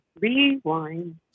rewind